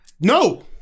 no